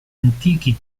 antichi